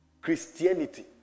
Christianity